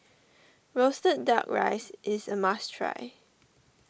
Roasted Duck Rice is a must try